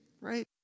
right